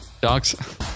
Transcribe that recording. Dogs